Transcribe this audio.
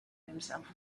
himself